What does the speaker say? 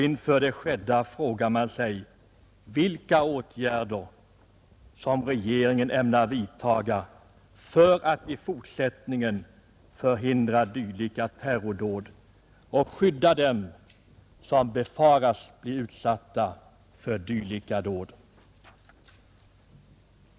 Inför det skedda frågar man sig vilka åtgärder som regeringen ämnar vidtaga för att i fortsättningen förhindra dylika terrordåd och skydda dem som befaras bli utsatta för sådana dåd.